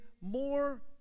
more